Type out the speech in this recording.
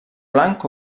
blanc